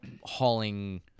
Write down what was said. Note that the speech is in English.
hauling